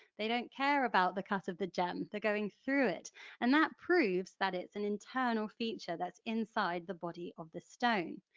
they don't care about the cut of the gem, they're going through it and that proves that it's an internal feature that's inside the body of the stone.